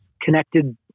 connected